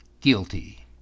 guilty